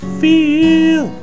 feel